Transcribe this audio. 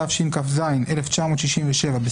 התשכ"ז 1967‏,